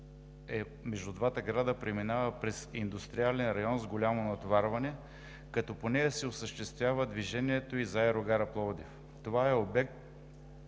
между двата града преминава през индустриален район с голямо натоварване, като по нея се осъществява движението и за аерогара Пловдив. Това е обект,